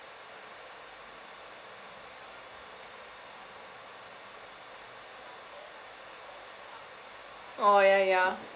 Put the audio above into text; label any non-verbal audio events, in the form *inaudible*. *noise* oh ya ya